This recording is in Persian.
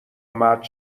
مرد